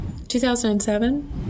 2007